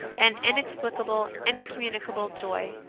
an inexplicable, incommunicable joy.